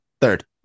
Third